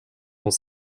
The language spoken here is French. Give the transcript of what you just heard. dans